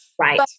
Right